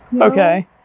Okay